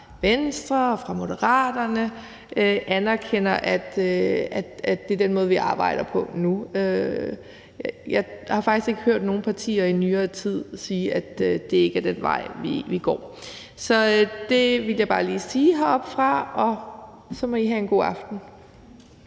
side og fra Moderaternes side, anerkender, at det er den måde, vi arbejder på nu. Jeg har faktisk ikke hørt nogen partier i nyere tid sige, at det ikke er den vej, vi går. Så det ville jeg bare lige sige heroppefra, og så må I have en god aften!